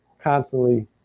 constantly